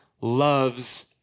loves